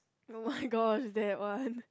oh-my-god that one